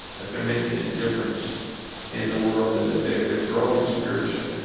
that they're making a difference in the world and that they're they're growing spiritually?